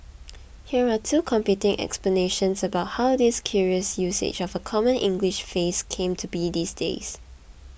here are two competing explanations about how this curious usage of a common English phrase came to be these days